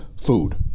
food